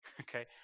okay